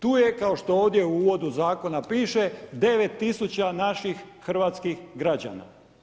Tu je kao što ovdje u uvodu zakona piše, 9 000 naših hrvatskih građana.